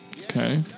Okay